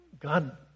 God